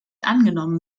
angenommen